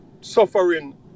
suffering